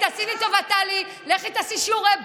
תעשי לי טובה, טלי, לכי תעשי שיעורי בית,